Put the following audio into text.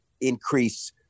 increase